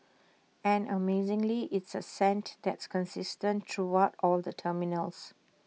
and amazingly it's A scent that's consistent throughout all the terminals